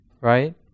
right